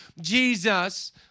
Jesus